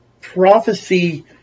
prophecy